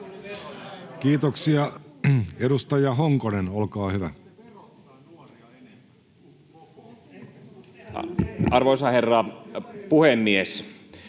Kiitoksia. — Edustaja Honkonen, olkaa hyvä. Arvoisa herra puhemies!